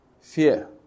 Fear